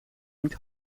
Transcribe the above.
niet